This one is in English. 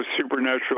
supernatural